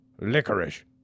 licorice